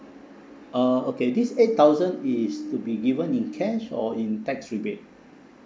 uh okay this eight thousand is to be given in cash or in tax rebate